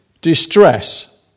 distress